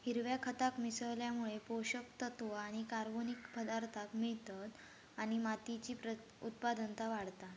हिरव्या खताक मिसळल्यामुळे पोषक तत्त्व आणि कर्बनिक पदार्थांक मिळतत आणि मातीची उत्पादनता वाढता